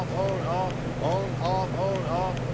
um on, off, on, off, on, off,